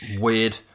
weird